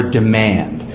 demand